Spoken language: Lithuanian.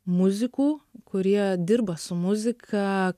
muzikų kurie dirba su muzika